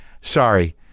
Sorry